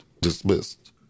dismissed